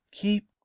keep